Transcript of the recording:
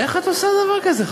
איך את עושה דבר כזה,